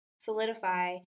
solidify